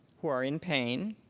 who are in pain.